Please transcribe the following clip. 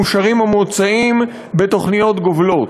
מאושרים ומוצעים בתוכניות גובלות.